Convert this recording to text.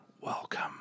welcome